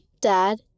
dad